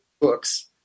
books